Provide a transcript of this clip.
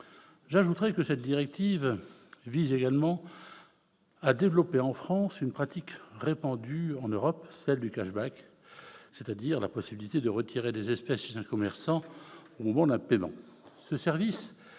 J'ajouterai que cette directive vise également à développer en France une pratique répandue en Europe, celle du, c'est-à-dire la possibilité de retirer des espèces chez un commerçant au moment d'un paiement.